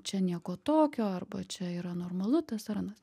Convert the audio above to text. čia nieko tokio arba čia yra normalu tas ar anas